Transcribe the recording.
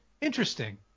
interesting